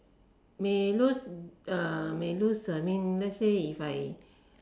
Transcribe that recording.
may lose uh may lose I mean let's say if I